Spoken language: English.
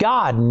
God